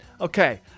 Okay